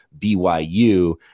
BYU